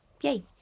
Yay